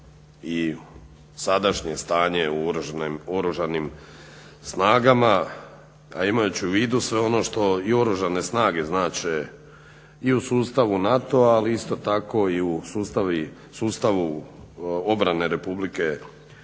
i sadašnje stanje u Oružanim snagama, a imajući u vidu sve ono što i Oružane snage znače i u sustavu NATO-a ali isto tak i u sustavu obrane Republike